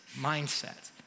mindset